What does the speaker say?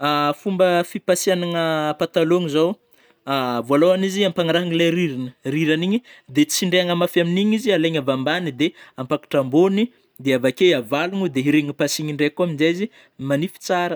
Fomba fipasihagnagna patalôgno zao, a vôlôhagnizy ampagnarahagna le rirany - rirany igny de tsindriagna mafy amin'igny izy, alaigna avy ambany de ampakatra ambôny de avakeo avalogno de herehigny pasihigny ndraiky koa izy amnjay izy magnify tsara.